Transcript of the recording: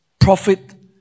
Profit